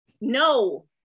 No